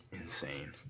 insane